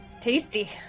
Tasty